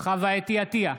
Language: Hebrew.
חוה אתי עטייה,